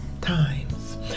times